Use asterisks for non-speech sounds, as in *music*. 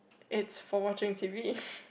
it's for watching t_v *laughs*